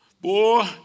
boy